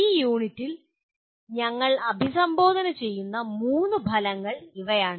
ഈ യൂണിറ്റിൽ ഞങ്ങൾ അഭിസംബോധന ചെയ്യുന്ന മൂന്ന് ഫലങ്ങൾ ഇവയാണ്